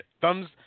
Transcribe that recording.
Thumbs